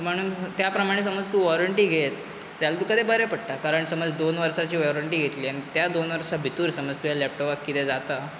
त्या प्रमाणे समज तूं वॉरंटी घेत जाल्यार तुका तें बरें पडटा कारण समज दोन वर्सांची वॉरंटी घेतली आनी त्या दोन वर्सां भितूर समज त्या लॅपटॉपाक कितें जाता